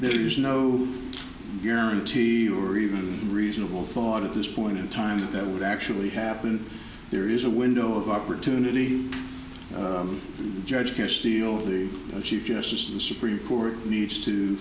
there's no guarantee or even reasonable thought at this point in time that that would actually happen there is a window of opportunity judge care steel the chief justice of the supreme court needs to